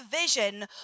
vision